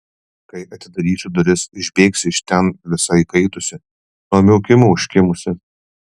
kai atidarysiu duris išbėgsi iš ten visa įkaitusi nuo miaukimo užkimusi